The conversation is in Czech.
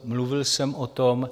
Mluvil jsem o tom.